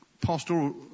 pastoral